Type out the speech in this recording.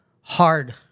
hard